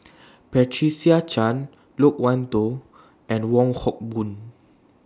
Patricia Chan Loke Wan Tho and Wong Hock Boon